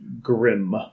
grim